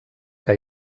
que